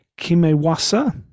Kimewasa